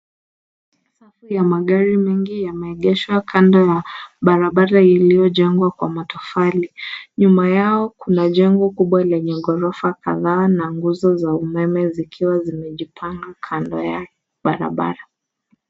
Safu ya magari mengi yameegeshwa kando ya barabara iliyojengwa kwa matofali. Nyuma yao kuna jengo kubwa lenye ghorofa kadhaa na nguzo za umeme zikiwa zimejipanga kando ya barabara.